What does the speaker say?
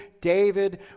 David